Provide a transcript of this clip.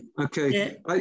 Okay